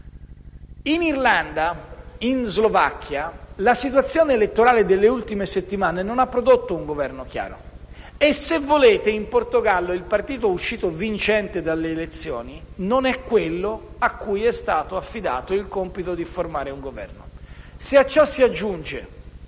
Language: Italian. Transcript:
In Irlanda e in Slovacchia la situazione elettorale delle ultime settimane non ha prodotto un Governo chiaro e, se volete, in Portogallo il partito uscito vincente dalle elezioni non è quello a cui è stato affidato il compito di formare un Governo. Se a ciò si aggiunge